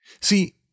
See